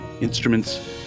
instruments